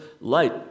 light